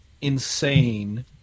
insane